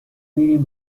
میریم